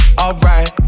alright